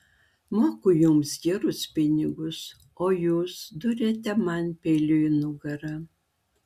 moku jums gerus pinigus o jūs duriate man peiliu į nugarą